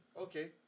okay